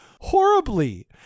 horribly